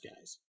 guys